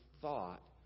thought